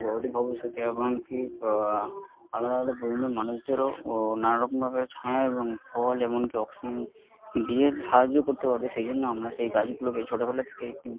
অ অদূূর ভবিষ্যতে এমনকি আলাদা আলাদা মানুষদেরও নানা রকমভাবে ছাঁয়া এবং ফল এমনকি অক্সিজেন দিয়ে সাহায্য করতে পারবে সেই জন্য আমরা সেই গাছগুলোকে ছোটোবেলা থেকে একটু